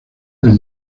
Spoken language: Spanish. del